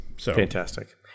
Fantastic